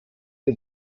dem